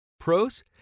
Pros